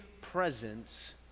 presence